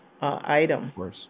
item